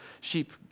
sheep